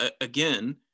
again